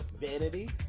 vanity